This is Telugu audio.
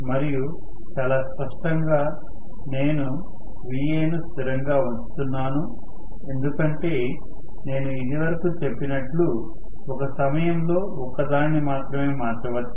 మరియు చాలా స్పష్టంగా నేను Vaను స్థిరంగా ఉంచుతున్నాను ఎందుకంటే నేను ఇది వరకు చెప్పినట్లు ఒక సమయం లో ఒక్క దానిని మాత్రమే మార్చవచ్చు